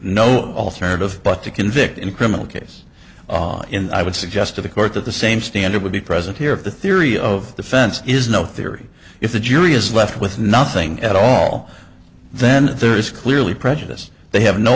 no alternative but to convict in a criminal case i would suggest to the court that the same standard would be present here if the theory of defense is no theory if the jury is left with nothing at all then there is clearly prejudice they have no